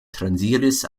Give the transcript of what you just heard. transiris